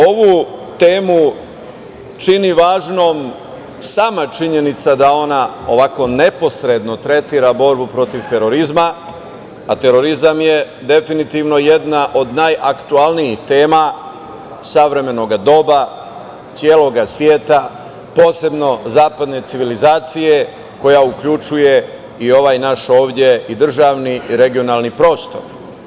Ovu temu čini važnom sama činjenica da ona ovako neposredno tretira borbu protiv terorizma, a terorizam je definitivno jedna od najaktuelnijih tema savremenog doba celog sveta, posebno zapadne civilizacije koja uključuje i ovaj naš ovde i državni i regionalni prostor.